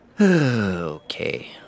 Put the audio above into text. Okay